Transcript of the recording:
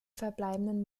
verbliebenen